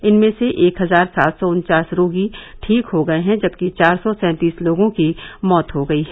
इनमें से एक हजार सात सौ उन्चास रोगी ठीक हो गए हैं जबकि चार सौ सैंतीस लोगों की मौत हो गई है